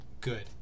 Good